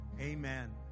amen